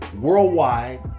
worldwide